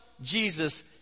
Jesus